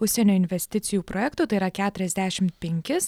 užsienio investicijų projektų tai yra keturiasdešimt penkis